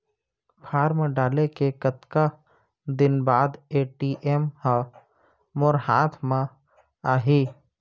Form डाले के कतका दिन बाद मोर ए.टी.एम ह मोर हाथ म आही?